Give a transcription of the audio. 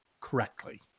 correctly